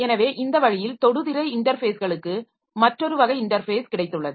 எனவே இந்த வழியில் தொடுதிரை இன்டர்ஃபேஸ்களுக்கு மற்றொரு வகை இன்டர்ஃபேஸ் கிடைத்துள்ளது